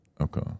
Okay